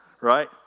Right